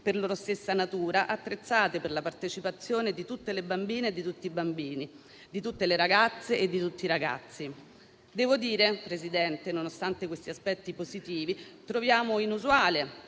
per loro stessa natura, attrezzate per la partecipazione di tutte le bambine e di tutti i bambini, di tutte le ragazze e di tutti i ragazzi. Signora Presidente, nonostante questi aspetti positivi, devo dire